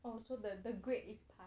oh so that the grade is passed